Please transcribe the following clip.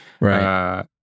Right